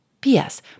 P.S